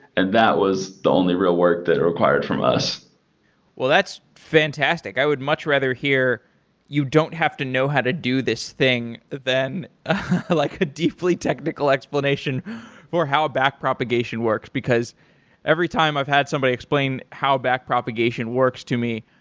and that was the only real work that it required from us that's fantastic. i would much rather here you don't have to know how to do this thing than like a deeply technical explanation for how back propagation works, because every time i've had somebody explain how back propagation works to me,